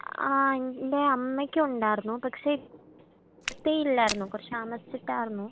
ആ എൻ്റെ അമ്മയ്ക്കുണ്ടായിരുന്നു പക്ഷേ ഇത്രയും ഇല്ലായിരുന്നു പക്ഷേ കുറച്ച് താമസിച്ചിട്ടായിരുന്നു